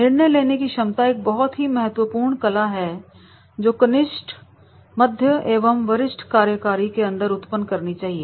निर्णय लेने की क्षमता एक बहुत ही महत्वपूर्ण कला है जो कनिष्ठ मध्य एवं वरिष्ठ कार्यकारी के अंदर उत्पन्न करनी चाहिए